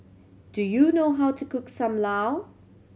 do you know how to cook Sam Lau